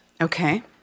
Okay